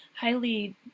highly